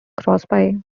crosby